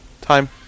time